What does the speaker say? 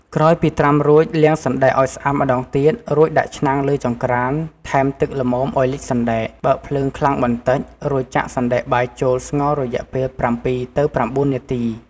ក្រោយពីត្រាំរួច លាងសណ្ដែកឱ្យស្អាតម្តងទៀត រួចដាក់ឆ្នាំងលើចង្ក្រាន ថែមទឹកល្មមឱ្យលិចសណ្ដែក បើកភ្លើងខ្លាំងបន្តិច រួចចាក់សណ្ដែកបាយចូលស្ងោររយៈពេល ៧ ទៅ ៩ នាទី។